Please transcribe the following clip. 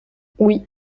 oui